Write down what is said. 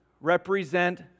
represent